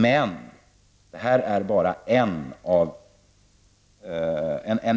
Men det här är bara en